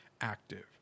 active